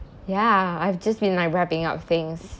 ya I've just been like wrapping up things